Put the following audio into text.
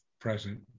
present